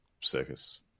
circus